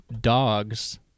dogs